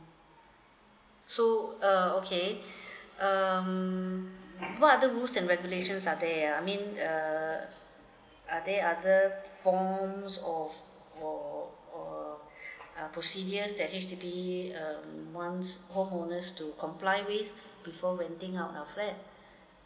so uh okay um what are the rules and regulations are there ah I mean err are there other forms or or or um procedures that H_D_B um want home owners to comply with before renting out a flat